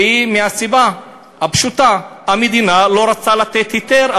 מהסיבה הפשוטה: המדינה לא רצתה לתת היתר,